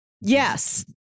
yes